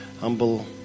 humble